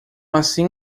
assim